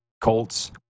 Colts